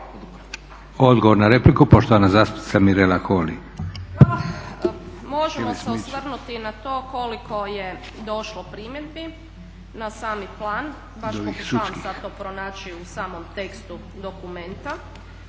Odgovor na repliku, poštovana zastupnica Mirela Holy. **Holy, Mirela (ORaH)** Pa možemo se osvrnuti i na to koliko je došlo primjedbi na sami plan, baš pokušavam sad to pronaći u samom tekstu dokumenta